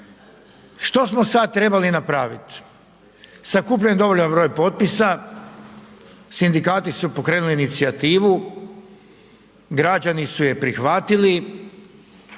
Što smo sad trebali napraviti? Sakupljen je dovoljan broj potpisa, sindikati su pokrenuli inicijativu, građani su je prihvatili